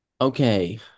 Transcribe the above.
Okay